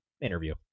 interview